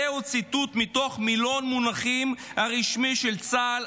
זהו ציטוט מתוך מילון המונחים הרשמי של צה"ל,